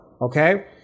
okay